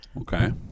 Okay